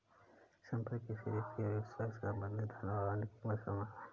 संपत्ति किसी व्यक्ति या व्यवसाय से संबंधित धन और अन्य क़ीमती सामान शामिल हैं